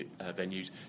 venues